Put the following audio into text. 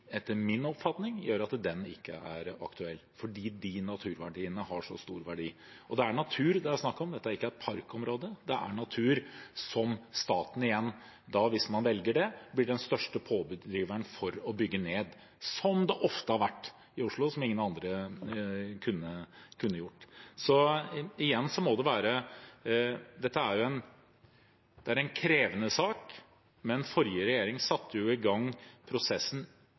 etter min oppfatning gjør at den tomta ikke er aktuell, fordi de naturverdiene har så stor verdi. Det er natur det er snakk om. Dette er ikke et parkområde; det er natur, som staten da – hvis man velger det – blir den største pådriveren for å bygge ned, slik det ofte har vært i Oslo, noe som ingen andre kunne gjort. Igjen: Dette er en krevende sak, men forrige regjering satte i gang prosessen